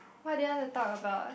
what do you want to talk about